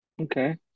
Okay